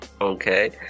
okay